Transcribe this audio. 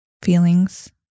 Feelings